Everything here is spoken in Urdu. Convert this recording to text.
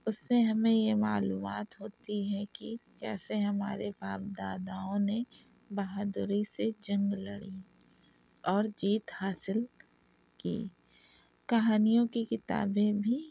اس سے ہمیں یہ معلومات ہوتی ہے کہ کیسے ہمارے باپ داداؤں نے بہادری سے جنگ لڑیں اور جیت حاصل کی کہانیوں کی کتابیں بھی